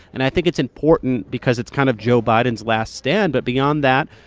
and i think it's important because it's kind of joe biden's last stand but beyond that,